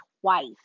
twice